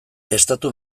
estatu